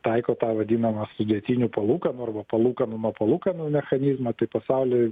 taiko tą vadinamą sudėtinių palūkanų arba palūkanų nuo palūkanų mechanizmą tai pasauliui